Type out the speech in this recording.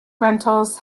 rentals